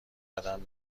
قدم